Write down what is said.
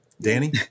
Danny